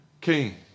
king